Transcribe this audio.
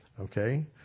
Okay